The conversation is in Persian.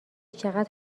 چقدر